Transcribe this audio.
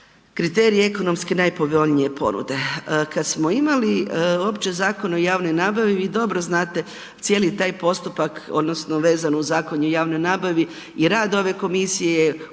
kriterij ekonomski najpovoljnije ponude. Kad smo imali opći Zakon o javnoj nabavi, vi dobro znate cijeli taj postupak odnosno vezan uz Zakon o javnoj nabavi i rad ove komisije je usko